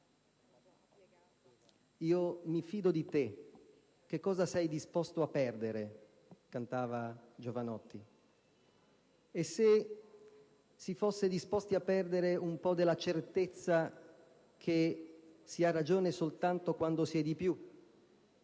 «Io mi fido di te, cosa sei disposto a perdere», cantava Jovanotti. E se si fosse disposti a perdere un po' della certezza che si ha ragione soltanto quando si è di più